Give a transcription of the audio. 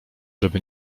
żeby